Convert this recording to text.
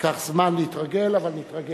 ייקח זמן להתרגל, אבל נתרגל